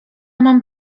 mam